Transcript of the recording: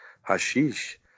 hashish